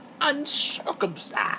uncircumcised